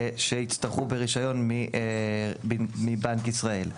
שיצטרכו ברישיון מבנק ישראל.